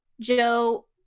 Joe